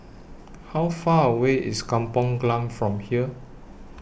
How Far away IS Kampong Glam from here